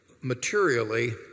materially